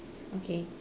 okay